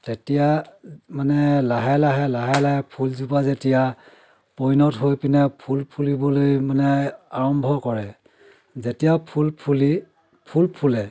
তেতিয়া মানে লাহে লাহে লাহে লাহে ফুলজোপা যেতিয়া পৈণত হৈ পিনাই ফুল ফুলিবলৈ মানে আৰম্ভ কৰে যেতিয়া ফুল ফুলি ফুল ফুলে